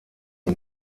und